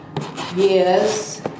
Yes